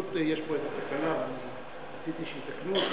אנחנו, פשוט יש פה איזו תקלה ורציתי שיתקנו אותה.